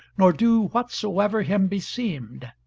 nor do whatsoever him beseemed.